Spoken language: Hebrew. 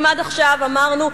אם עד עכשיו אמרנו,